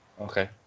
Okay